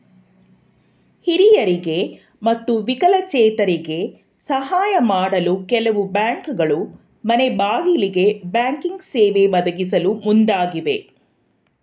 ಹಿರಿಯರಿಗೆ ಮತ್ತು ವಿಕಲಚೇತರಿಗೆ ಸಾಹಯ ಮಾಡಲು ಕೆಲವು ಬ್ಯಾಂಕ್ಗಳು ಮನೆಗ್ಬಾಗಿಲಿಗೆ ಬ್ಯಾಂಕಿಂಗ್ ಸೇವೆ ಒದಗಿಸಲು ಮುಂದಾಗಿವೆ